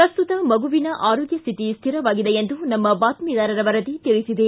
ಪ್ರಸ್ತುತ ಮಗುವಿನ ಆರೋಗ್ಯ ಸ್ಥಿತಿ ಸ್ಥಿರವಾಗಿದೆ ಎಂದು ನಮ್ಮ ಬಾತ್ಮಿದಾರರ ವರದಿ ತಿಳಿಸಿದೆ